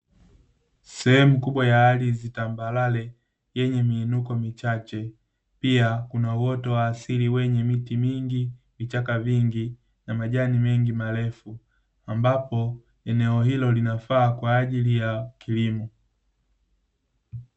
Sehemu kubwa ya ardhi tambarare, yenye miinuko michache. Pia kuna uoto wa asili wenye miti mingi, vichaka vingi na majani mengi marefu. Ambapo eneo hilo linafaa kwa ajili ya kilimo.